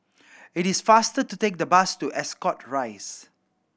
it is faster to take the bus to Ascot Rise